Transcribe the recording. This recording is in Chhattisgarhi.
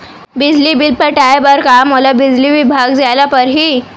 बिजली बिल पटाय बर का मोला बिजली विभाग जाय ल परही?